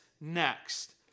next